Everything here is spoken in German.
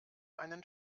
einen